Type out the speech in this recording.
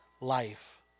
life